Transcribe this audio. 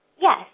Yes